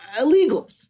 illegal